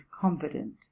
confident